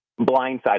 blindsided